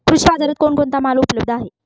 कृषी बाजारात कोण कोणता माल उपलब्ध आहे?